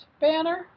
Banner